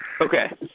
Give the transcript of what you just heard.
Okay